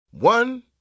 One